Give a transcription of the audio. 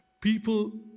people